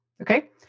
okay